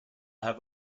have